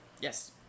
Yes